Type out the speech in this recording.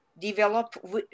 develop